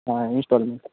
हा इन्स्टॉलमेंट